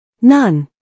None